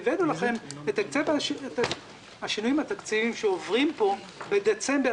הבאנו לכם את היקף השינויים התקציביים שעוברים פה בדצמבר.